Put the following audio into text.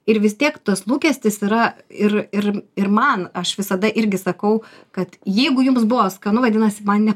ir vis tiek tas lūkestis yra ir ir ir man aš visada irgi sakau kad jeigu jums buvo skanu vadinasi man ne